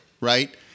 right